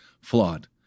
flawed